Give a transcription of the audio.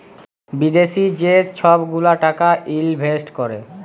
বিদ্যাশি যে ছব গুলা টাকা ইলভেস্ট ক্যরে